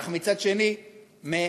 אך מצד אחר מקצצים.